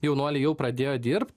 jaunuoliai jau pradėjo dirbt